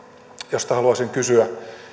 josta haluaisin kysyä